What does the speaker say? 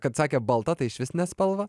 kad sakė balta tai išvis ne spalva